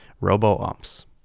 robo-umps